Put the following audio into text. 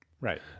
Right